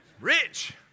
Rich